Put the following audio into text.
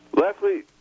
Leslie